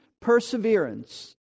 Perseverance